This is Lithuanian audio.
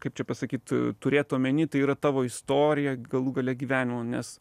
kaip čia pasakyt turėt omeny tai yra tavo istorija galų gale gyvenimo nes